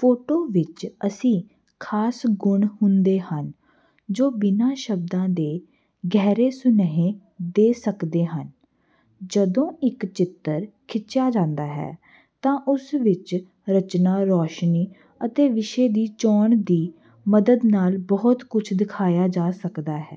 photo ਵਿੱਚ ਅਸੀਂ ਖਾਸ ਗੁਣ ਹੁੰਦੇ ਹਨ ਜੋ ਬਿਨਾ ਸ਼ਬਦਾਂ ਦੇ ਗਹਿਰੇ ਸੁਨੇਹੇ ਦੇ ਸਕਦੇ ਹਨ ਜਦੋਂ ਇੱਕ ਚਿੱਤਰ ਖਿੱਚਿਆ ਜਾਂਦਾ ਹੈ ਤਾਂ ਉਸ ਵਿੱਚ ਰਚਨਾ ਰੌਸ਼ਨੀ ਅਤੇ ਵਿਸ਼ੇ ਦੀ ਚੋਣ ਦੀ ਮਦਦ ਨਾਲ ਬਹੁਤ ਕੁਛ ਦਿਖਾਇਆ ਜਾ ਸਕਦਾ ਹੈ